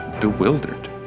bewildered